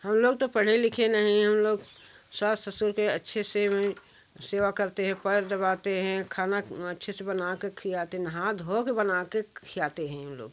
हम लोग तो पढ़े लिखे नहीं है हम लोग सास ससुर के अच्छे से सेवा करते हैं पैर दबाते हैं खाना अच्छे से बनाके खिलाते हैं नहा धो कर बनाके खिलाते हैं हम लोग